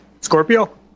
Scorpio